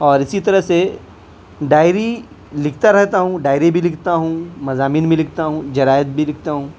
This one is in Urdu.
اور اسی طرح سے ڈائری لکھتا رہتا ہوں ڈائری بھی لکھتا ہوں مضامین بھی لکھتا ہوں جرائد بھی لکھتا ہوں